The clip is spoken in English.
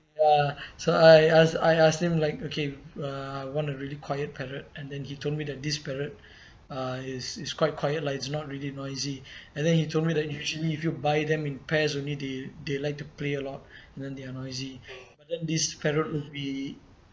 ya so I ask I asked him like okay uh I want a really quiet parrot and then he told me that this parrot uh is is quite quiet lah it's not really noisy and then he told me that usually if you buy them in pairs only they they like to play a lot then they're noisy but then this parrot won't be